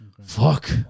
fuck